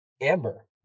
Amber